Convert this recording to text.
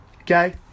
okay